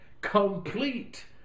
complete